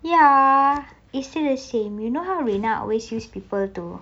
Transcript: ya it's still the same you know how rina always use people to